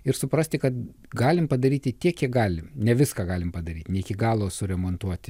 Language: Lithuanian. ir suprasti kad galim padaryti tiek kiek galim ne viską galim padaryti iki galo suremontuoti